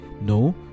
No